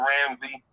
Ramsey